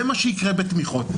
זה מה שיקרה בתמיכות.